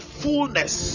fullness